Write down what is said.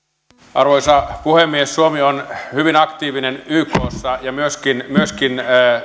arvoisa puhemies suomi on hyvin aktiivinen ykssa ja myöskin myöskin